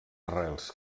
arrels